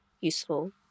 useful